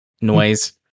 noise